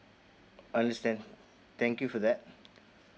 understand thank you for that